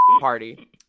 party